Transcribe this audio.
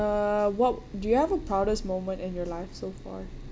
uh what do you have a proudest moment in your life so far